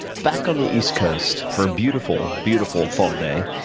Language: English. back on the east coast for a beautiful, beautiful fall day,